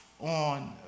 on